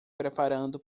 preparando